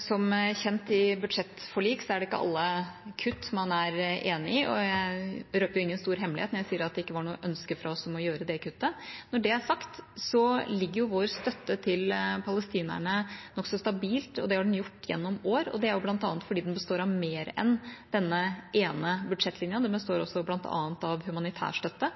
Som kjent er det i budsjettforlik ikke alle kutt man er enig i, og jeg røper ingen stor hemmelighet når jeg sier at det ikke var noe ønske fra oss om å gjøre det kuttet. Når det er sagt, ligger vår støtte til palestinerne nokså stabilt, og det har den gjort gjennom år. Det er bl.a. fordi den består av mer enn denne ene budsjettlinja. Den består også av bl.a. humanitær støtte,